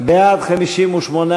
לסעיף 5(2) לא נתקבלה.